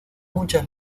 muchas